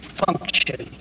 function